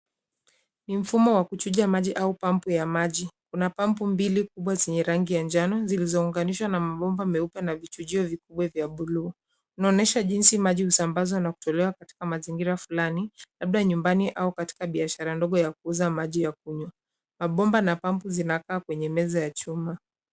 Ni mfumo ya kuchuja maji au pampu ya maji. Kuna pambu mbili kubwa zenye rangi ya njano zilizounganishwa na mabomba meupe na vichujio vikubwa vya buluu, inaonyesha jinsi maji husambazwa na kutolewa katika mazingira fulani labda nyumbani au katika biashaara ndogo ya kuuza maji ya kunywa. Mabomba na pampu zinakaa kwenye meza ya chuma.